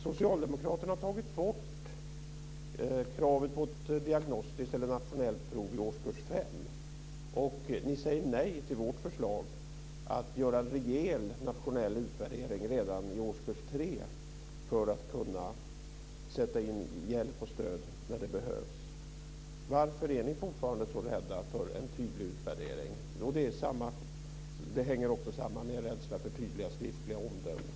Socialdemokraterna har tagit bort kravet på ett diagnostiskt eller nationellt prov i årskurs 5. Ni säger nej till vårt förslag att göra en rejäl nationell utvärdering redan i årskurs 3 för att kunna sätta in hjälp och stöd när det behövs. Varför är ni fortfarande så rädda för en tydlig utvärdering? Det hänger också samman med er rädsla för tydliga skriftliga omdömen.